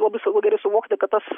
labai svarbu gerai suvokti kad tas